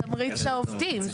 זה תמריץ לעובדים.